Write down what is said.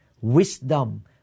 wisdom